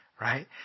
Right